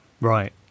Right